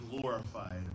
glorified